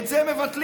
את זה מבטלים.